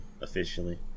officially